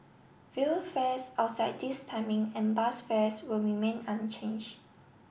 rail fares outside this timing and bus fares will remain unchanged